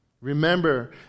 Remember